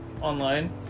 online